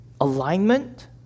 alignment